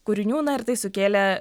kūrinių na ir tai sukėlė